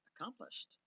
accomplished